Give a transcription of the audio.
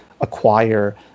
acquire